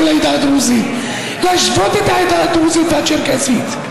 שרים, חברי הכנסת,